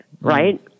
right